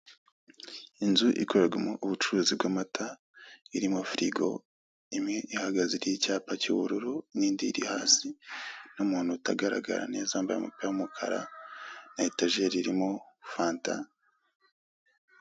Inzu ikorerwamo ubucuruzi bw'amata, irimo firigo imwe ihagaze iriho icyapa cy'ubururu n'indi iri hasi n'umuntu utagaragara neza wambaye umupira w'umukara na etajeri irimo fanta.